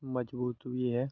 मज़बूत भी है